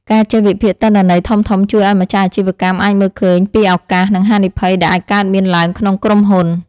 ការចេះវិភាគទិន្នន័យធំៗជួយឱ្យម្ចាស់អាជីវកម្មអាចមើលឃើញពីឱកាស និងហានិភ័យដែលអាចកើតមានឡើងក្នុងក្រុមហ៊ុន។